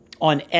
on